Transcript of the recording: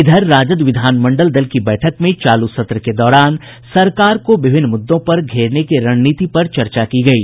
इधर राजद विधानमंडल दल की बैठक में चालू सत्र के दौरान सरकार को विभिन्न मुद्दों पर घेरने की रणनीति पर चर्चा की गयी